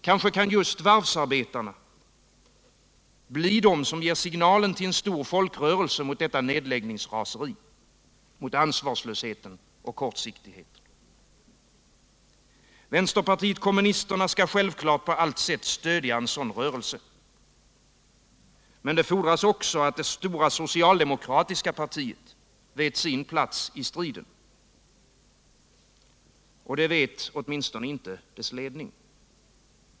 Kanske kan just varvsarbetarna bli de som ger signalen till en stor folkrörelse mot nedläggningsraseriet, mot ansvarslösheten och mot kortsiktigheten. Vänsterpartiet kommunisterna skall självfallet på allt sätt stödja en sådan rörelse. Men det fordras att det stora socialdemokratiska partiet vet sin plats i striden — och det vet åtminstone inte dess ledning.